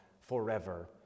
forever